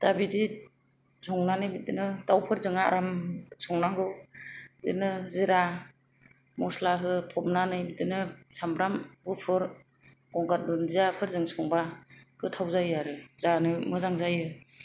दा बिदि संनानै बिदिनो दाउफोरजों आराम संनांगौ बिदिनो जिरा मस्ला होफबनानै बिदिनो सामब्राम गुफुर गंगार दुनजियाफोरजों संब्ला गोथाव जायो आरो जानो मोजां जायो